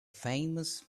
famous